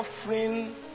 suffering